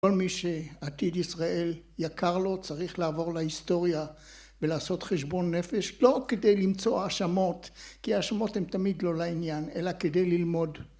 ‫כל מי שעתיד ישראל יקר לו ‫צריך לעבור להיסטוריה ‫ולעשות חשבון נפש, ‫לא כדי למצוא האשמות, ‫כי האשמות הן תמיד לא לעניין, ‫אלא כדי ללמוד.